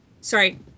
Sorry